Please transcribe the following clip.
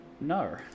No